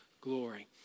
glory